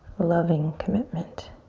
loving commitment.